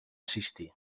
assistir